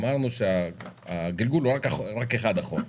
אמרנו שהגלגול הוא רק אחד אחורה.